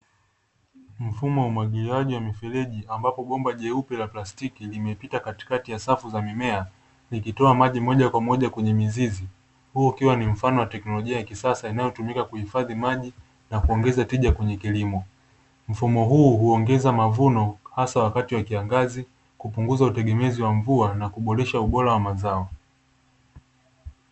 Mfumo wa umwagiliaji wa mifereji ambapo bomba jeupe la plastiki limepita katikati ya safu za mimea likitoa maji moja kwa moja kwenye mizizi, huo ukiwa ni mfano wa teknolojia ya kisasa inayotumika kuhifadhi maji na kuongeza tija kwenye kilimo, mfumo huu huongeza mavuno hasa wakati wa kiangazi kupunguza utegemezi wa mvua na kuboresha ubora wa mazao.